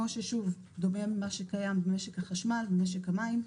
דומה למה שקיים במשק החשמל, במשק המים.